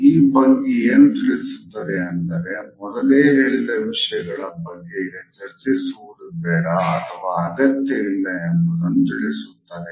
ಈ ಭಂಗಿ ಏನು ತಿಳಿಸುತ್ತದೆ ಅಂದರೆ ಮೊದಲೇ ಹೇಳಿದ್ ವಿಷಯಗಳ ಬಗ್ಗೆ ಈಗ ಚರ್ಚಿಸುವುದು ಬೇಡ ಅಥವಾ ಅಗತ್ಯ ಇಲ್ಲ ಎಂಬುದನ್ನು ತಿಳಿಸುತ್ತದೆ